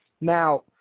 Now